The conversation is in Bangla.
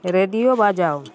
রেডিও বাজাও